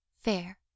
fair